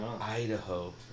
Idaho